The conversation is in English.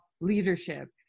leadership